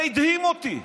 זה הדהים אותי.